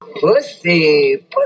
pussy